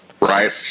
right